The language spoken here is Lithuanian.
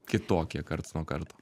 kitokie karts nuo karto